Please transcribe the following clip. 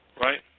Right